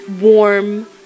warm